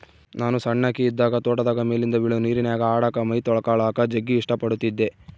ನಾನು ಸಣ್ಣಕಿ ಇದ್ದಾಗ ತೋಟದಾಗ ಮೇಲಿಂದ ಬೀಳೊ ನೀರಿನ್ಯಾಗ ಆಡಕ, ಮೈತೊಳಕಳಕ ಜಗ್ಗಿ ಇಷ್ಟ ಪಡತ್ತಿದ್ದೆ